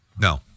No